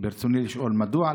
ברצוני לשאול: 1. מדוע,